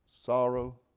sorrow